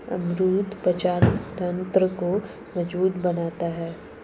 अमरूद पाचन तंत्र को मजबूत बनाता है